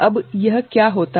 अब यह क्या होता है